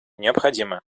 необходимы